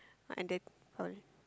on the sorry